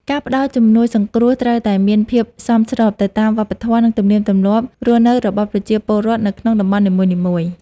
ការផ្តល់ជំនួយសង្គ្រោះត្រូវតែមានភាពសមស្របទៅតាមវប្បធម៌ និងទំនៀមទម្លាប់រស់នៅរបស់ប្រជាពលរដ្ឋនៅក្នុងតំបន់នីមួយៗ។